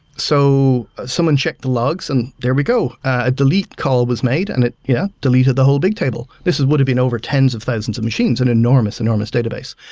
so someone checked the logs, and there we go, a delete call was made and it yeah deleted the whole big table. this would've been over tens of thousands of machines and enormous, enormous database.